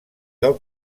del